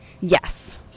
Yes